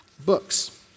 books